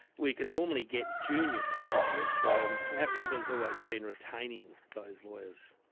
we can normally get junior practitioners. so um our problem's always been retaining those lawyers.